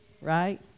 right